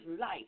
life